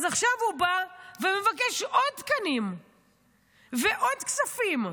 אז עכשיו הוא בא ומבקש עוד תקנים ועוד כספים.